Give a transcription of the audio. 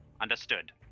Understood